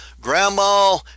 Grandma